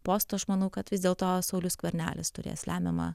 posto aš manau kad vis dėlto saulius skvernelis turės lemiamą